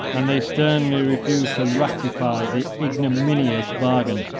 and they sternly refused to ratify the ignominious bargain.